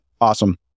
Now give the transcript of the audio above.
awesome